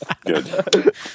Good